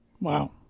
Wow